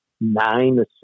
nine